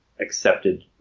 accepted